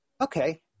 okay